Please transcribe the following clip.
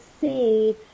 see